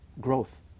growth